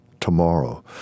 tomorrow